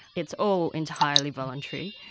it's all entirely voluntary.